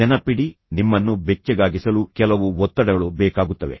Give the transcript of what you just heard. ನೆನಪಿಡಿ ನಿಮ್ಮನ್ನು ಬೆಚ್ಚಗಾಗಿಸಲು ಕೆಲವು ಒತ್ತಡಗಳು ಬೇಕಾಗುತ್ತವೆ